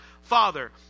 Father